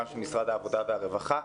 גם של משרד העבודה והרווחה.